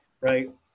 right